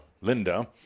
Linda